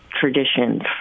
traditions